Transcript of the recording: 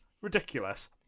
ridiculous